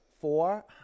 four